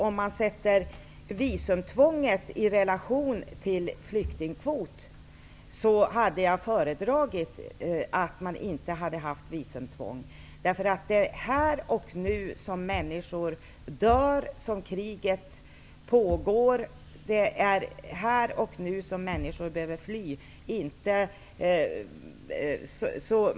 Om man sätter visumtvånget i relation till flyktingkvoten, hade jag föredragit att man inte infört visumtvång. Det är nu som kriget pågår och människor dör. Det är nu som människor behöver fly.